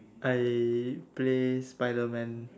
I play spider man